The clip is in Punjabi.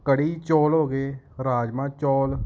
ਕੜੀ ਚੌਲ ਹੋ ਗਏ ਰਾਜਮਾਂਹ ਚੌਲ